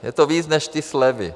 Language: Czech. Je to víc než ty slevy.